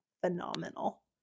phenomenal